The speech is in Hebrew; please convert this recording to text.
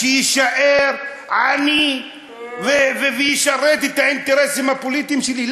שיישאר וישרת את האינטרסים הפוליטיים שלי.